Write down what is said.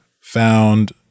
found